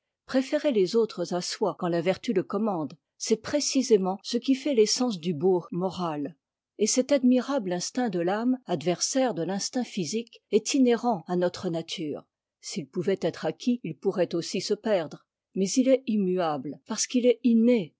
préférer les autres à soi quand ta vertu le commande c'est précisément ce qui fait l'essence du beau moral et cet admirable instinct de l'âme adversaire de t'instinct physique est inhérent à notre nature s'it pouvait être acquis il pourrait aussi se per'are mais it est immuable parce qu'il est inné